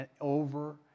over